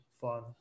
fun